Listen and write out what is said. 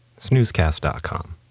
snoozecast.com